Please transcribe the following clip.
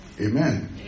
Amen